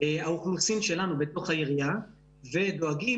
האוכלוסין שלנו בתוך העירייה ודואגים